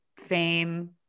fame